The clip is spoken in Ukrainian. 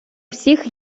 всіх